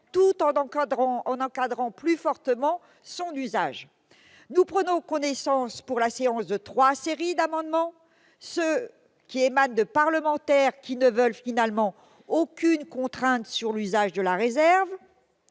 tout en encadrant plus fortement son usage. Nous prenons connaissance pour la séance de trois séries d'amendements : certains parlementaires ne veulent finalement aucune contrainte sur l'usage de la réserve